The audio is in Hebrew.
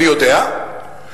אני יודע,